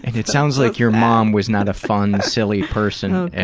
and it sounds like your mom was not a fun, silly person at